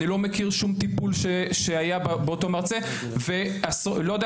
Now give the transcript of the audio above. אני לא מכיר שום טיפול שהיה באותו מרצה ולא יודע